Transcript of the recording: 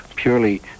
purely